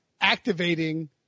activating